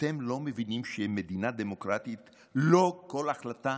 אתם לא מבינים שבמדינה דמוקרטית לא כל החלטה